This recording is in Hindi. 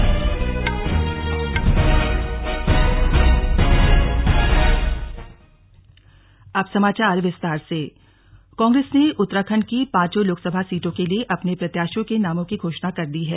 स्लग कांग्रेस की तैयारी कांग्रेस ने उत्तराखंड की पांचों लोकसभा सीटों के लिए अपने प्रत्याशियों के नामों की घोषणा कर दी है